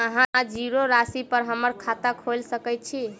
अहाँ जीरो राशि पर हम्मर खाता खोइल सकै छी?